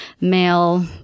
male